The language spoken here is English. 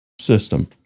system